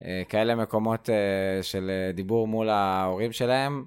כאלה מקומות של דיבור מול ההורים שלהם